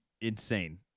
insane